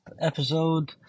episode